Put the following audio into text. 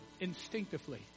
instinctively